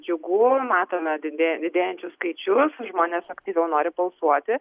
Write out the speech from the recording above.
džiugu matome didė didėjančius skaičius žmones aktyviau nori balsuoti